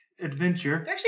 Adventure